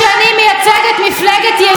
מייצגת מפלגת ימין,